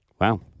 Wow